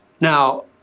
Now